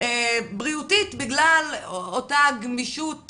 בריאותית בגלל אותה גמישות